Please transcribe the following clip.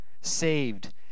saved